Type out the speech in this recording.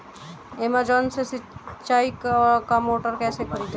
Amazon से सिंचाई का मोटर कैसे खरीदें?